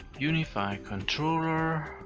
unifi controller.